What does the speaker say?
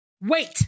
Wait